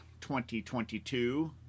2022